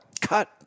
cut